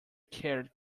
cared